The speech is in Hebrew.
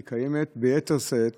היא קיימת ביתר שאת